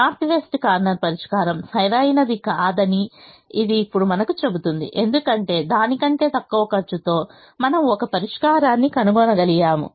north west corner పరిష్కారం సరైనది కాదని ఇది ఇప్పుడు మనకు చెబుతుంది ఎందుకంటే దాని కంటే తక్కువ ఖర్చుతో మనము ఒక పరిష్కారాన్ని కనుగొనగలిగాము